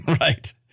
Right